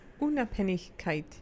Unabhängigkeit